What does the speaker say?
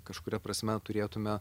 kažkuria prasme turėtume